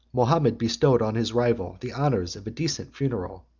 mahomet bestowed on his rival the honors of a decent funeral.